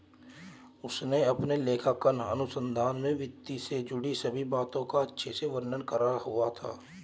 उसने अपने लेखांकन अनुसंधान में वित्त से जुड़ी सभी बातों का अच्छे से वर्णन करा हुआ था